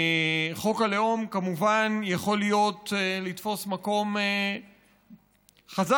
חוק הלאום כמובן יכול לתפוס מקום חזק